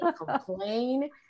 complain